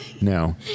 No